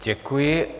Děkuji.